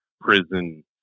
prison